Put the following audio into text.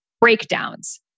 breakdowns